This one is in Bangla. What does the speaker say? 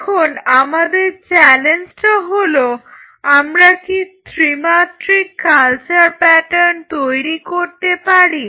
এখন আমাদের চ্যালেঞ্জটা হলো আমরা কি ত্রিমাত্রিক কালচার প্যাটার্ন তৈরি করতে পারি